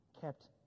kept